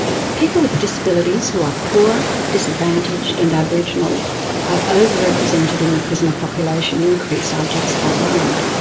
people with disabilities who are poor, disadvantaged, and aboriginal are overrepresented in the prisoner population increase i just outlined.